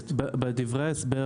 בדברי ההסבר